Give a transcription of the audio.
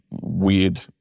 weird